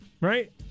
Right